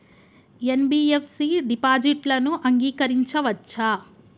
NBFC డిపాజిట్లను అంగీకరించవచ్చా?